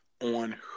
on